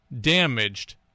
damaged